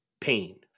pain